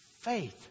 Faith